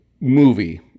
movie